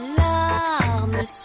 larmes